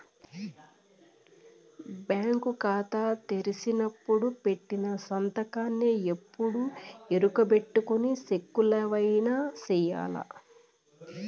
bank కాతా తెరిసినపుడు పెట్టిన సంతకాన్నే ఎప్పుడూ ఈ ఎరుకబెట్టుకొని సెక్కులవైన సెయ్యాల